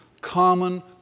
common